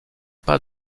pas